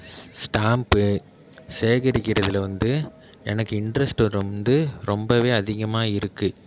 stamp சேகரிக்கிறதில் வந்து எனக்கு இன்ட்ரஸ்ட்டு வந்து ரொம்பவே அதிகமாக இருக்குது